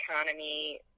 economy